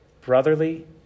brotherly